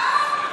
מה?